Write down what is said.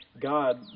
God